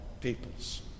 peoples